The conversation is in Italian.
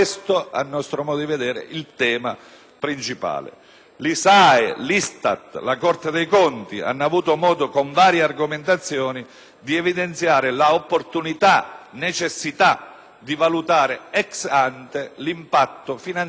L'ISAE, l'ISTAT e la Corte dei conti hanno avuto modo, con varie argomentazioni, di evidenziare l'opportunità e la necessità di valutare *ex ante* l'impatto finanziario di una riforma di tale portata.